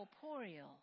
corporeal